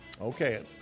Okay